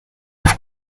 auf